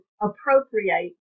appropriate